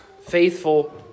faithful